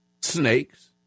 snakes